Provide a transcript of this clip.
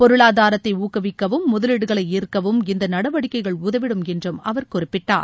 பொருளாதாரத்தை ஊக்குவிக்கவும் முதலீடுகளை ஈர்க்கவும் இந்த நடவடிக்கைகள் உதவிடும் என்று அவர் குறிப்பிட்டார்